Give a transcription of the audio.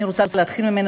ממציאים קומבינה.